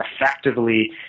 effectively